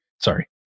Sorry